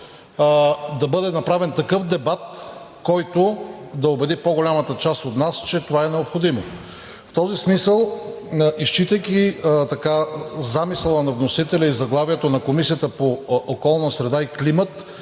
да бъде направен такъв дебат, който да убеди по-голямата част от нас, че това е необходимо. В този смисъл, изчитайки замисъла на вносителя и заглавието на Комисията по околна среда и климат,